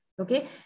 Okay